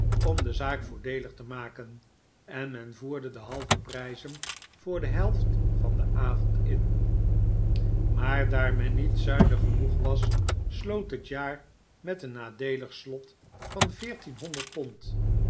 om de zaak voordeelig te maken en men voerde de halve prijzen voor de helft van den avond in maar daar men niet zuinig genoeg was sloot het jaar met een nadeelig slot van